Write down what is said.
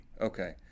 Okay